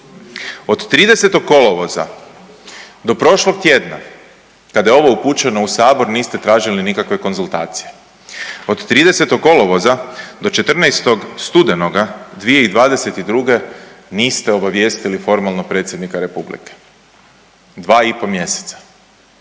Od 30. kolovoza do prošlog tjedna kada je ovo upućeno u Sabor niste tražili nikakve konzultacije, od 30. kolovoza do 14. studenoga 2022. niste obavijestili formalno predsjednika Republike, dva i po mjeseca